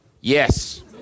Yes